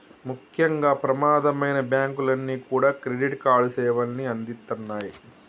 ముఖ్యంగా ప్రమాదమైనా బ్యేంకులన్నీ కూడా క్రెడిట్ కార్డు సేవల్ని అందిత్తన్నాయి